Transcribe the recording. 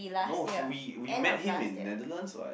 no he we we met him in Netherlands what